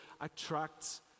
attracts